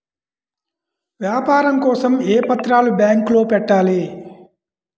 వ్యాపారం కోసం ఏ పత్రాలు బ్యాంక్లో పెట్టాలి?